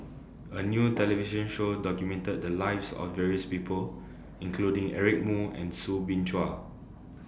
A New television Show documented The Lives of various People including Eric Moo and Soo Bin Chua